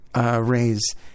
raise